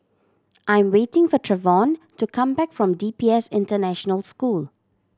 I am waiting for Trevon to come back from D P S International School